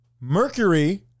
Mercury